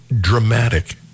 dramatic